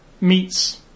meets